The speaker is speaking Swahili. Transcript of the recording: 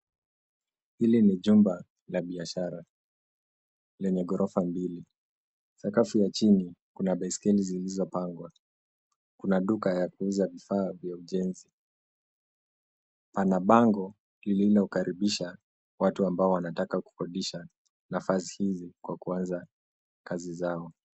Hili ni jumba la biashara lenye ghorofa mbili. Sakafu ya chini kuna baiskeli zilizo pangwa. Kuna duka ya kuuza vifaa vya ujenzi. Pana bango lililo karibisha watu ambao wanataka kukodisha nafasi hizi kwa kuanza kazi zao.